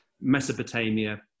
Mesopotamia